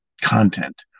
content